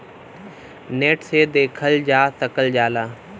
net से देखल जा सकल जाला